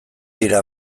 dira